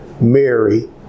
Mary